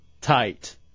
tight